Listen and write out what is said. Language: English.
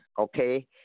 Okay